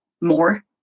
more